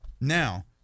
Now